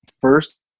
first